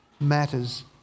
Matters